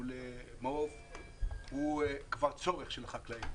לולי מעוף הוא כבר צורך של החקלאים.